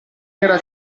era